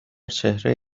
چهره